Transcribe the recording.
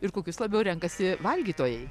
ir kokius labiau renkasi valgytojai